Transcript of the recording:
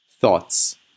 Thoughts